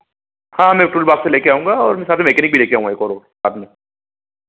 हाँ मैं टूलबॉक्स लेकर आऊँगा और साथ में मेकेनिक भी लेकर आऊँगा एक और साथ में